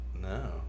no